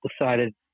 decided